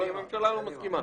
אבל הממשלה לא מסכימה.